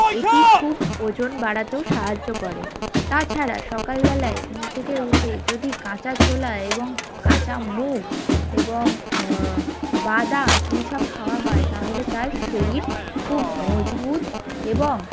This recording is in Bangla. এটি খুব ওজন বাড়াতেও সাহায্য করে তাছাড়া সকালবেলায় ঘুম থেকে উঠে যদি কাঁচা ছোলা এবং কাঁচা মুগ এবং বাদাম এইসব খাওয়া হয় তাহলে তার শরীর খুব মজবুত এবং